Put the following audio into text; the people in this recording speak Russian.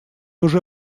уже